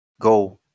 go